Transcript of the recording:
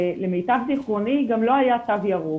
ולמיטב זכרוני גם לא היה תו ירוק.